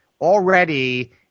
Already